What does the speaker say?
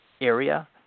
area